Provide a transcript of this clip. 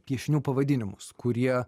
piešinių pavadinimus kurie